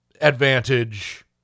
advantage